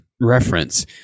reference